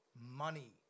money